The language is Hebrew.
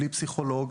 בלי פסיכולוג,